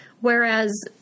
Whereas